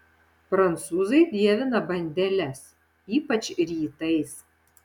prancūzai dievina bandeles ypač rytais